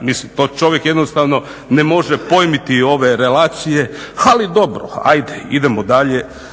Mislim to čovjek jednostavno ne može pojmiti ove relacije, ali dobro idemo dalje